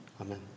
Amen